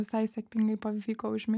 visai sėkmingai pavyko užmi